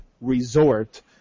Resort